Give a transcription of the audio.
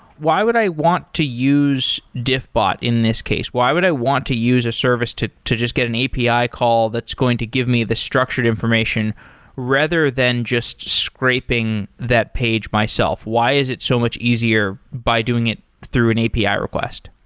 why would i want to use diffbot in this case? why would i want to use a service to to just get an api call that's going to give me the structured information rather than just scraping that page myself? why is it so much easier by doing it through an api request?